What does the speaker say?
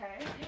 Okay